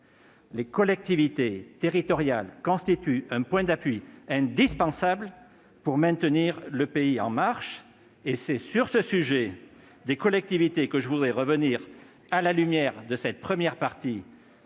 Les collectivités territoriales constituent un point d'appui indispensable pour maintenir le pays en marche. C'est sur ce sujet des collectivités que je voudrais revenir à la lumière de cette première partie